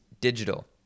digital